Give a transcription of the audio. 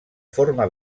forma